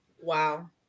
wow